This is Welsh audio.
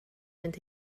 mynd